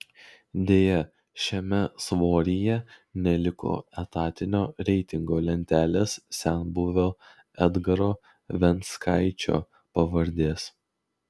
deja šiame svoryje neliko etatinio reitingo lentelės senbuvio edgaro venckaičio pavardės